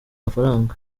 mafaranga